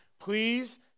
Please